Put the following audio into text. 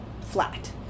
flat